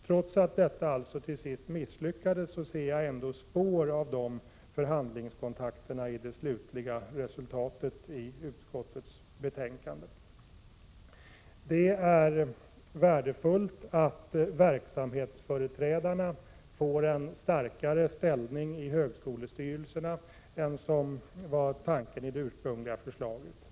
Trots att detta till sist misslyckades ser jag ändå spår av de förhandlingskontakterna i utskottets betänkande. Det är värdefullt att lärare och studenter får en starkare ställning i högskolestyrelserna än som var tanken i det ursprungliga förslaget.